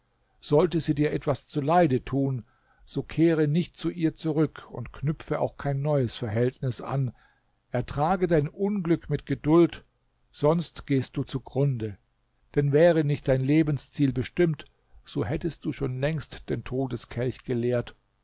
sollte sie dir etwas zuleide tun so kehre nicht zu ihr zurück und knüpfe auch kein neues verhältnis an ertrage dein unglück mit geduld sonst gehst du zugrunde denn wäre nicht dein lebensziel bestimmt so hättest du schon längst den todeskelch geleert